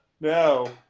no